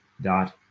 dot